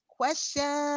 Question